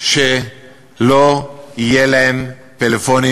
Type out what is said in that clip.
והבנת שיחסית לשנה שעברה העלייה היא לא כזו חדה.